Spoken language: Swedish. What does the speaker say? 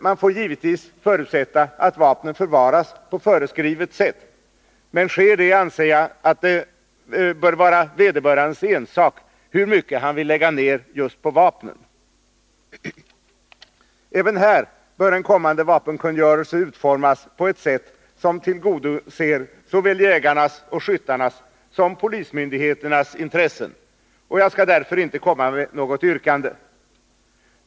Man får givetvis förutsätta att vapnen förvaras på föreskrivet sätt, men sker det anser jag det vara vederbörandes ensak hur mycket han vill lägga ned på vapnen. Även här bör en kommande vapenkungörelse kunna utformas på ett sätt som tillgodoser såväl jägarnas och skyttarnas som polismyndigheternas intressen. Jag skall därför inte komma med något yrkande.